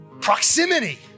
Proximity